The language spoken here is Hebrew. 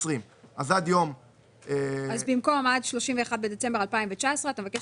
במקום "עד 31 בדצמבר 2019" אתה מבקש